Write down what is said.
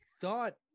thought